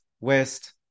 west